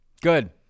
Good